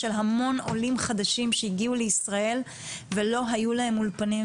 של ה מון עולים חדשים שהגיעו לישראל ולא היו להם אולפנים,